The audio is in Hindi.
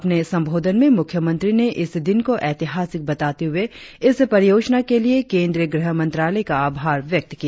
अपने संबोधन में मुख्यमंत्री ने इस दिन को एतिहासिक बताते हुए इस परियोजना के लिए केंद्रीय गृह मंत्रालय का आभार व्यक्त किया